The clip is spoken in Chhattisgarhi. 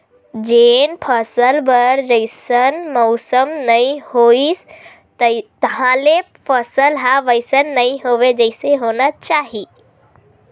जेन फसल बर जइसन मउसम नइ होइस तहाँले फसल ह वइसन नइ होवय जइसे होना चाही